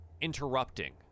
interrupting